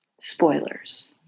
Spoilers